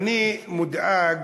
אני מודאג